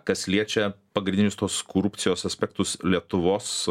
kas liečia pagrindinius tuos korupcijos aspektus lietuvos